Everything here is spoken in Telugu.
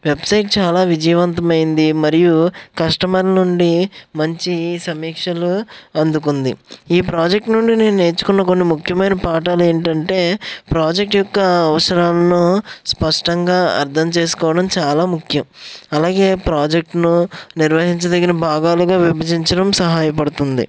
వెబ్సైట్ చాలా విజయవంతమైంది మరియు కస్టమర్ల నుండి మంచి సమీక్షలు అందుకుంది ఈ ప్రాజెక్ట్ నుండి నేను నేర్చుకున్న కొన్ని ముఖ్యమైన పాఠాలు ఏమిటంటే ప్రాజెక్ట్ యొక్క అవసరాలను స్పష్టంగా అర్ధం చేసుకోవడం చాలా ముఖ్యం అలాగే ప్రాజెక్ట్ ను నిర్వహించదగిన భాగాలుగా విభజించడం సహాయపడుతుంది